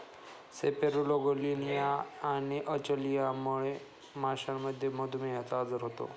सेपेरोगेलियानिया आणि अचलियामुळे माशांमध्ये मधुमेहचा आजार होतो